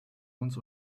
uns